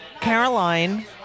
Caroline